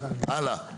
הלאה.